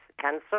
cancer